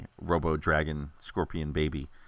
robo-dragon-scorpion-baby